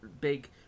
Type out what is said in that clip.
big